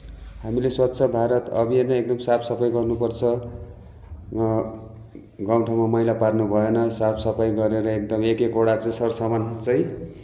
हामीले स्वच्छ भारत अभियानमा एकदम साफसफाइ गर्नुपर्छ गाउँठाउँमा मैला पार्नु भएन साफसफाइ गरेर एकदमै एकएकवटा चाहिँ सरसामान चाहिँ